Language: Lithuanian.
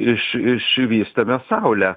iš išvystame saulę